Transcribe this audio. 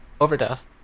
Overdose